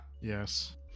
Yes